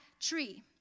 tree